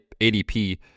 ADP